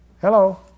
Hello